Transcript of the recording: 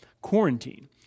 quarantine